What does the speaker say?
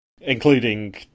including